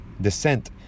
descent